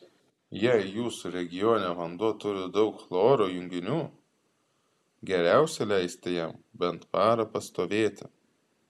jei jūsų regione vanduo turi daug chloro junginių geriausia leisti jam bent parą pastovėti